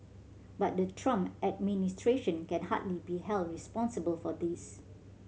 but the Trump administration can hardly be held responsible for this